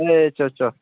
ꯑꯦ ꯆꯥ ꯆꯥ